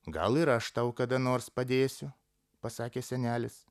gal ir aš tau kada nors padėsiu pasakė senelis